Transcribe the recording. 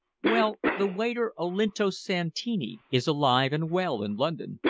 well, the waiter olinto santini is alive and well in london.